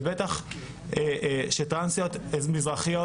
ובטח שטרנסיות מזרחיות,